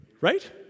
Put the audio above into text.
Right